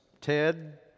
Ted